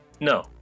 No